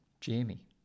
Jamie